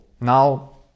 Now